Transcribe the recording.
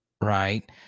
right